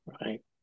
Right